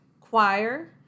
choir